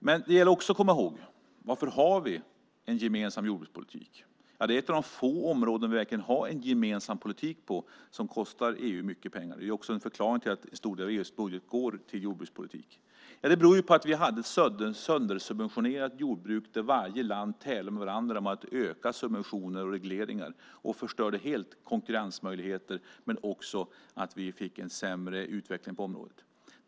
Men det gäller också att komma ihåg varför vi har en gemensam jordbrukspolitik. Det är ett av de få områden där vi har en gemensam politik som kostar EU mycket pengar. Det är också en förklaring till att stora delar av EU:s budget går till jordbrukspolitik. Det beror på att vi hade ett söndersubventionerat jordbruk där varje land tävlade med varandra om att öka subventioner och regleringar. Det förstörde helt konkurrensmöjligheterna, och det gjorde att det blev en sämre utveckling på området.